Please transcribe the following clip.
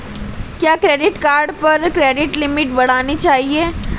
क्या credit card पर credit limit बढ़ानी चाहिए?